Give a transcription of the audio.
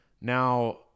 Now